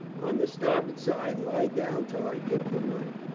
on the starboard side, lie down till i give the word.